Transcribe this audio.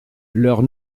leurs